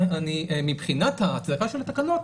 אני מבחינת ההצגה של התקנות,